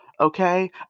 Okay